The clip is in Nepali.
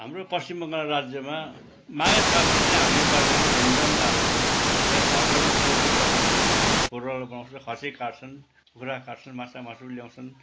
हाम्रो पश्चिम बङ्गाल राज्यमा माघे सङ्क्रान्ति चाहिँ हाम्रो नेपालीहरूले धुमधाम पाराले मनाउँछ सेल घर घरमा सेल रोटी पकाउँछन् फुलौरा बनाउँछन् खसी काट्छन् कुखुरा काट्छन् माछा मासु पनि ल्याउँछन्